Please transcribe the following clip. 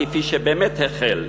כפי שבאמת החל,